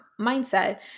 mindset